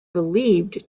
believed